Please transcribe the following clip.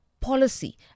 policy